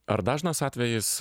ar dažnas atvejis